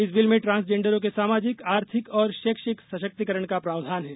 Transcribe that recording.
इस बिल में ट्रांसजेंडरों के सामाजिक आर्थिक और शैक्षिक सशक्तिकरण का प्रावधान है